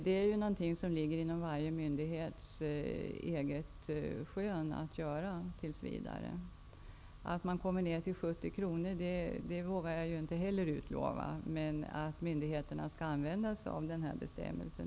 Det är något som tills vidare ligger inom varje myndighets eget skön att göra. Jag vågar inte heller utlova att beloppet skall sänkas till 70 kr. Men det är klart att myndigheterna skall använda sig av den bestämmelsen.